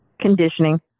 conditioning